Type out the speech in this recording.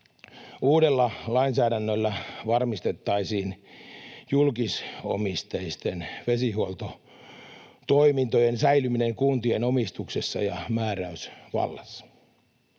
Uudella lainsäädännöllä varmistettaisiin julkisomisteisten vesihuoltotoimintojen säilyminen kuntien omistuksessa ja määräysvallassa.